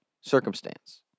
circumstance